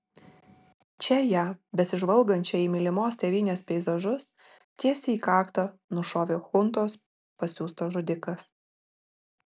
čia ją besižvalgančią į mylimos tėvynės peizažus tiesiai į kaktą nušovė chuntos pasiųstas žudikas